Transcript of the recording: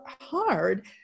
hard